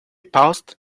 paused